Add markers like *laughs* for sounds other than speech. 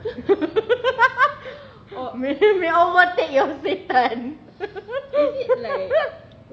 *laughs* or may allah take your syaitan *laughs*